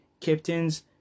captains